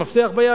עם מפתח ביד,